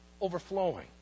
overflowing